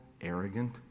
arrogant